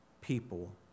people